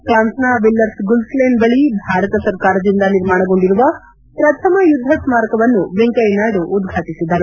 ಫ್ರಾನ್ಸ್ನ Villers Guislain ಬಳಿ ಭಾರತ ಸರ್ಕಾರದಿಂದ ನಿರ್ಮಾಣಗೊಂಡಿರುವ ಪ್ರಥಮ ಯುದ್ದ ಸ್ನಾರಕವನ್ನು ವೆಂಕಯ್ಟನಾಯ್ಡು ಉದ್ವಾಟಸಿದರು